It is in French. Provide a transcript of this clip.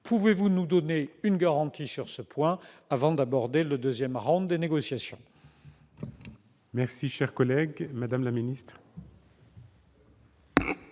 pouvez nous donner une garantie sur ce point, avant d'aborder le deuxième round des négociations.